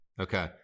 Okay